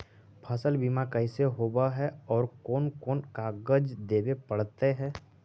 फसल बिमा कैसे होब है और कोन कोन कागज देबे पड़तै है?